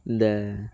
இந்த